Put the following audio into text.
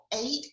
eight